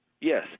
Yes